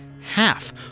half